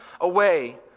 away